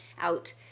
out